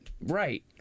Right